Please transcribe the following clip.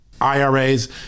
IRAs